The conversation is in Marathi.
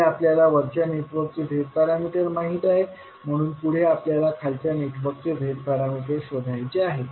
म्हणजे आपल्याला वरच्या नेटवर्कचे z पॅरामीटर्स माहित आहेत म्हणून पुढे आपल्याला खालच्या नेटवर्कचे z पॅरामीटर्स शोधायचे आहेत